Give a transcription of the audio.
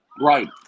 Right